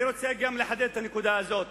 אני רוצה לחדד את הנקודה הזאת,